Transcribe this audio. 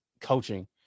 coaching